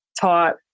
taught